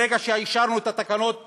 ברגע שאישרנו את התקנות בוועדה: